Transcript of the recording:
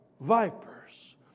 vipers